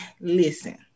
listen